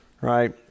right